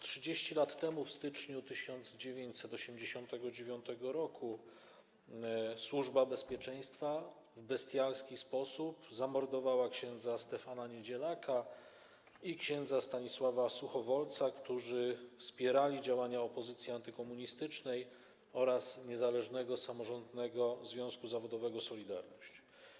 30 lat temu, w styczniu 1989 r., Służba Bezpieczeństwa w bestialski sposób zamordowała ks. Stefana Niedzielaka i ks. Stanisława Suchowolca, którzy wspierali działania opozycji antykomunistycznej oraz Niezależnego Samorządnego Związku Zawodowego „Solidarność”